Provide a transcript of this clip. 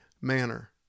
manner